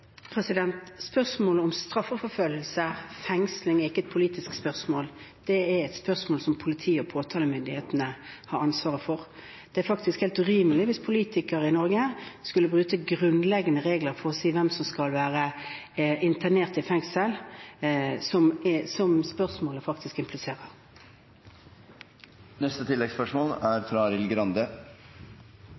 Spørsmålet om straffeforfølgelse, fengsling, er ikke et politisk spørsmål, det er et spørsmål som politiet og påtalemyndigheten har ansvaret for. Det er faktisk helt urimelig hvis politikere i Norge skulle bryte grunnleggende regler og si hvem som skal være internert i fengsel, som spørsmålet faktisk impliserer.